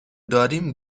داریم